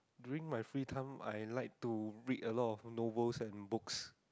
during my free times I like to read a lot of novels and books